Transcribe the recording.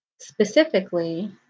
specifically